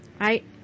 right